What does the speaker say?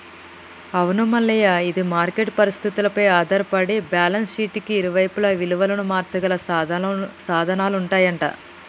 అవును మల్లయ్య ఇది మార్కెట్ పరిస్థితులపై ఆధారపడి బ్యాలెన్స్ షీట్ కి ఇరువైపులా విలువను మార్చగల సాధనాలు ఉంటాయంట